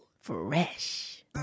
fresh